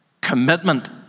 commitment